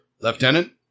Lieutenant